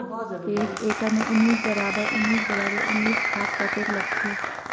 एक एकड़ मे उन्नीस बराबर उन्नीस बराबर उन्नीस खाद कतेक लगथे?